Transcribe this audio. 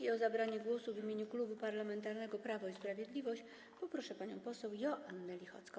I o zabranie głosu w imieniu Klubu Parlamentarnego Prawo i Sprawiedliwość proszę panią poseł Joannę Lichocką.